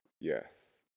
Yes